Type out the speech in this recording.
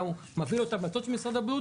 אלא הוא מביא לו את ההמלצות של משרד הבריאות,